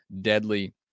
deadly